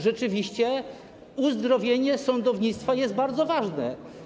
Rzeczywiście uzdrowienie sądownictwa jest bardzo ważne.